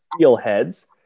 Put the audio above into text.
Steelheads